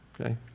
Okay